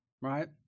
right